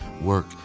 work